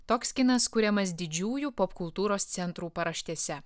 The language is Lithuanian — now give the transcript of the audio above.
toks kinas kuriamas didžiųjų popkultūros centrų paraštėse